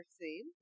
seen